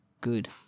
good